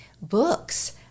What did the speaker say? books